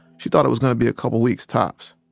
she thought it was gonna be a couple weeks, tops.